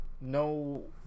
No